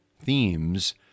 themes